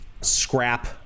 Scrap